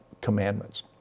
commandments